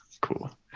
cool